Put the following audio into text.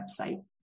website